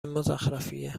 مزخرفیه